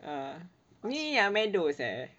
ah ni ah meadows eh